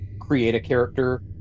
create-a-character